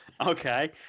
Okay